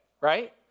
right